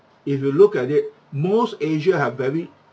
if you look at it most asia have very